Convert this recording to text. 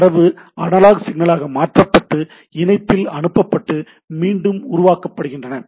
எனவே தரவு அனலாக் சிக்னலாக மாற்றப்பட்டு இணைப்பில் அனுப்பப்பட்டு மீண்டும் உருவாக்கப்படுகின்றன